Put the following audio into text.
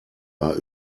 war